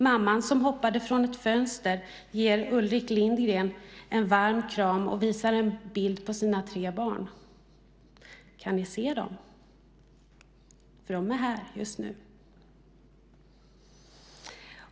Mamman som hoppade från ett fönster ger Ulrik Lindgren en varm kram och visar en bild på sina tre barn. Kan ni se dem? De är här just nu.